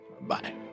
bye